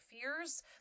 fears